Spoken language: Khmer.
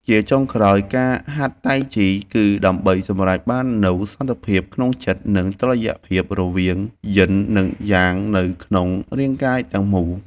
ជាចុងក្រោយ ការហាត់តៃជីគឺដើម្បីសម្រេចបាននូវសន្តិភាពក្នុងចិត្ត និងតុល្យភាពរវាងយិន និងយ៉ាងនៅក្នុងរាងកាយទាំងមូល។